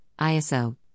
ISO